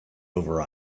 over